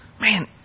Man